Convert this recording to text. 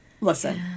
listen